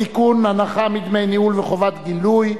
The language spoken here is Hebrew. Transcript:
(תיקון, הנחה מדמי ניהול וחובת גילוי),